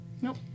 Nope